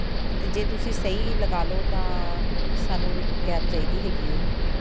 ਅਤੇ ਜੇ ਤੁਸੀਂ ਸਹੀ ਲਗਾ ਲਓ ਤਾਂ ਸਾਨੂੰ ਕੈਬ ਚਾਹੀਦੀ ਹੈਗੀ ਐ